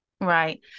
Right